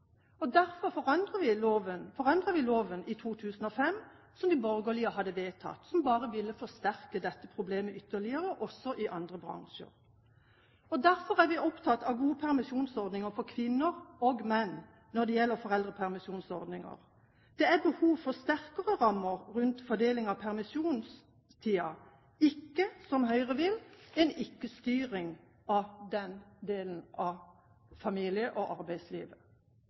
Derfor forandrer vi loven fra 2005 som de borgerlige hadde vedtatt, som bare ville forsterket dette problemet ytterligere, også i andre bransjer. Derfor er vi opptatt av gode permisjonsordninger for kvinner og menn når det gjelder foreldrepermisjonsordninger. Det er behov for sterkere rammer rundt fordeling av permisjonstiden, ikke, som Høyre vil, en ikke-styring av den delen av familie- og arbeidslivet.